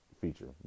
feature